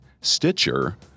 Stitcher